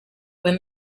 when